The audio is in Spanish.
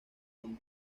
con